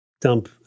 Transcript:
dump